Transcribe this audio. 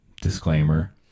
Disclaimer